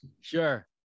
Sure